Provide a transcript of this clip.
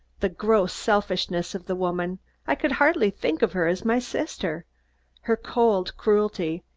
the gross selfishness of the woman i could hardly think of her as my sister her cold cruelty,